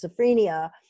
schizophrenia